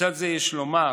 לצד זה יש לומר